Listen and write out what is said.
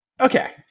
Okay